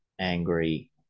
Angry